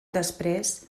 després